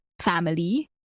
family